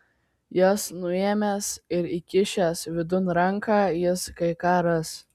jas nuėmęs ir įkišęs vidun ranką jis kai ką ras